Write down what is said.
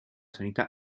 santità